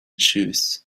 shoes